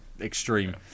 extreme